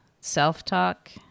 self-talk